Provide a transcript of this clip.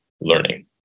learning